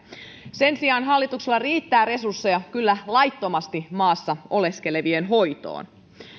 sen sijaan hallituksella kyllä riittää resursseja laittomasti maassa oleskelevien hoitoon